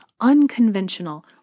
unconventional